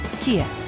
Kia